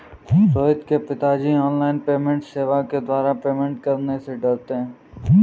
रोहित के पिताजी online payment सेवा के द्वारा पेमेंट करने से डरते हैं